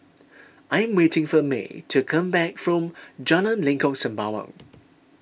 I'm waiting for Mae to come back from Jalan Lengkok Sembawang